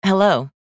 Hello